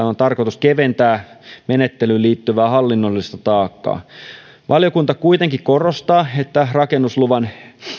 on tarkoitus keventää menettelyyn liittyvää hallinnollista taakkaa valiokunta kuitenkin korostaa että rakennusluvan